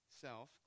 self